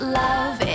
love